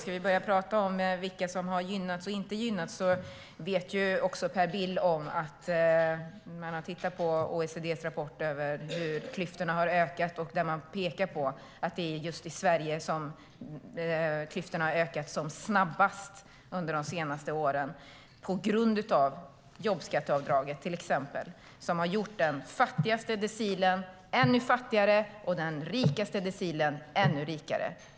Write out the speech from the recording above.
Ska vi börja prata om vilka som har gynnats och inte gynnats vet också Per Bill att OECD i sin rapport pekar på att det är just i Sverige som klyftorna har ökat som snabbast under de senaste åren på grund av till exempel jobbskatteavdraget som har gjort den fattigaste decilen ännu fattigare och den rikaste decilen ännu rikare.